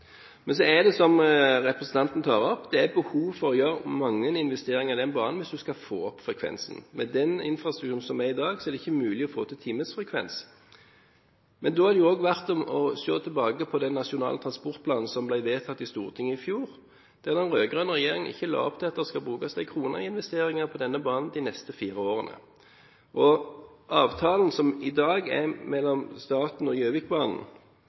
Men så er det, som representanten tar opp, behov for å gjøre mange investeringer i den banen hvis en skal få opp frekvensen. Med den infrastrukturen som er i dag, er det ikke mulig å få til timesfrekvens. Da er det også verdt å se tilbake på den nasjonale transportplanen som ble vedtatt i Stortinget i fjor, der den rød-grønne regjeringen ikke la opp til at det skulle brukes en krone i investeringer på denne banen de neste fire årene. Dagens avtale mellom staten og Gjøvikbanen må fornyes i